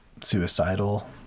suicidal